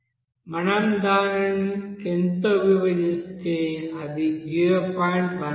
మనం దానిని10 తో విభజిస్తే అది 0